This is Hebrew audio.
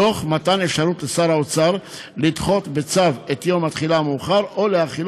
תוך מתן אפשרות לשר האוצר לדחות בצו את יום התחילה המאוחר או להחילו